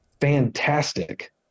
fantastic